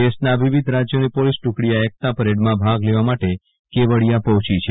દેશના વિવિધ રાજ્યોની પોલીસ ટુકડી આ એકતા પરેડમાં ભાગ લેવા કેવડીયા પહોંચી છે